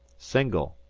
single,